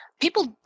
People